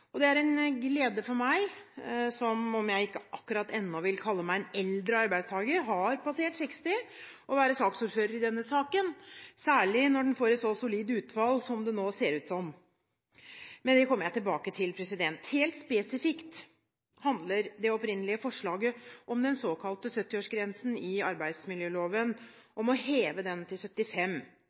seg. Det er en glede for meg – om jeg ikke ennå vil kalle meg en eldre arbeidstaker, har jeg passert 60 – å være saksordfører i denne saken, særlig når den får et så solid utfall som det nå ser ut til. Men det kommer jeg tilbake til. Helt spesifikt handler det opprinnelige forslaget om den såkalte 70-årsgrensen i arbeidsmiljøloven, om å heve den til 75